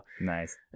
Nice